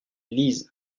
lisent